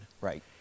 Right